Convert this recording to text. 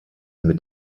mit